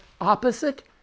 opposite